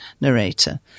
narrator